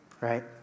right